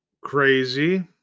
crazy